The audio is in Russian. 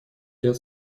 ряд